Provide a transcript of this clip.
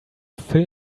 fill